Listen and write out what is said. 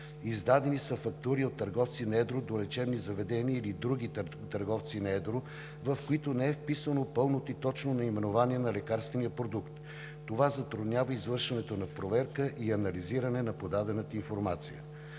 Издадени са фактури от търговци на едро до лечебни заведения или други търговци на едро, в които не е вписано пълното и точно наименование на лекарствения продукт. Това затруднява извършването на проверка и анализирането на подадената информация.